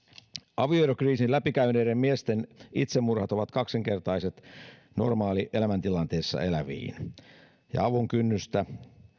avioerokriisin läpikäyneiden miesten itsemurhat ovat kaksinkertaiset suhteessa normaalielämäntilanteessa eläviin ja ja avun kynnystä